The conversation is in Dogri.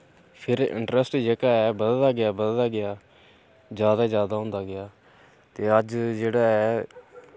फ्ही इंटरैस्ट जेह्का ऐ बधदा गेआ बधदा गेआ जैदा जैदा होंदा गेआ ते अज्ज जेह्ड़ा ऐ